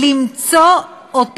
למצוא את